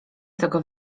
tego